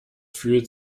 fühlt